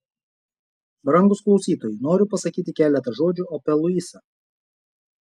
brangūs klausytojai noriu pasakyti keletą žodžių apie luisą